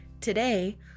Today